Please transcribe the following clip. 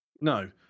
No